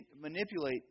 manipulate